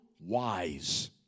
wise